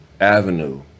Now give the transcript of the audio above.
Avenue